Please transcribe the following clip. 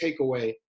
takeaway